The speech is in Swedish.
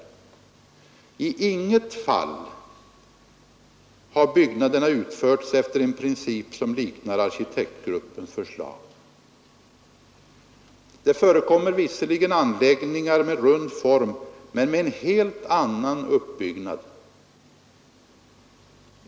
I intet fall har byggnaderna utförts efter en princip som liknar arkitektgruppens förslag. Det förekommer visserligen anläggningar med rund form men med en helt annan uppbyggnad.